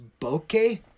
bokeh